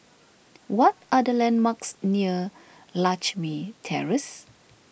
what are the landmarks near Lakme Terrace